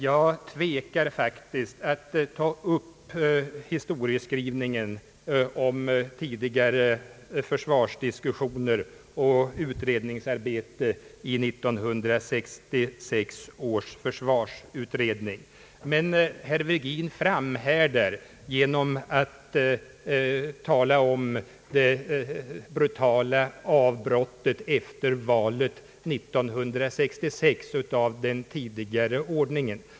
Jag tvekar faktiskt att ta upp historieskrivningen om tidigare försvarsdiskussioner och utredningsarbete i 1966 års försvarsutredning, men herr Virgin framhärdar genom att tala om det brutala avbrottet av den tidigare ordningen efter valet 1966.